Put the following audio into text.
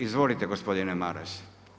Izvolite gospodine Maras.